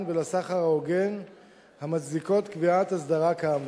ולסחר ההוגן המצדיקות קביעת הסדרה כאמור.